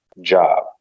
job